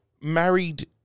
married